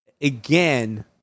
again